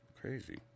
Crazy